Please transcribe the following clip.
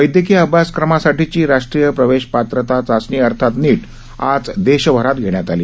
वैदयकीय अभ्यासक्रमांसाठीची राष्ट्रीय प्रवेश पात्रता चाचणी अर्थात नीट आज देशभरात घेण्यात आली